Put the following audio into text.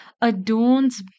adorns